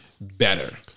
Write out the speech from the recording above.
better